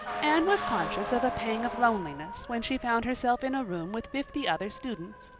anne was conscious of a pang of loneliness when she found herself in a room with fifty other students,